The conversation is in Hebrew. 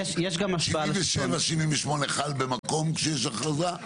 77, 78 חל במקום שיש הכרזה?